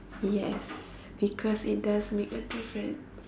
yes because it does make a difference